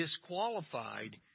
disqualified